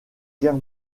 guerre